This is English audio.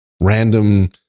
random